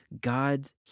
God's